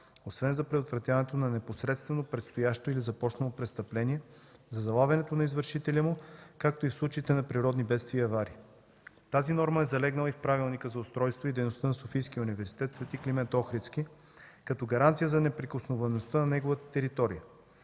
освен за предотвратяването на непосредствено предстоящо или започнало престъпление за залавянето на извършителя му, както и в случаите на природни бедствия и аварии. Тази норма е залегнала и в правилника за устройството и дейността на Софийския университет „Св. Климент Охридски” като гаранция за неприкосновеността на неговата територия.